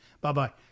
Bye-bye